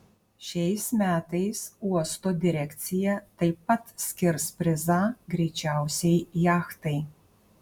šiais metais uosto direkcija taip pat skirs prizą greičiausiai jachtai